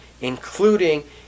including